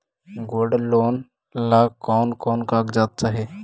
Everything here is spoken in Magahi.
गोल्ड लोन ला कौन कौन कागजात चाही?